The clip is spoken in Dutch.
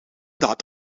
dat